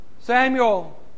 Samuel